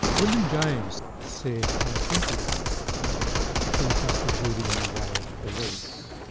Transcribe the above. william james said, i think he says somewhere, that truth is the good in the way of belief.